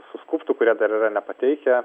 suskubtų kurie dar yra nepateikę